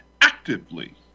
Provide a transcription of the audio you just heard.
actively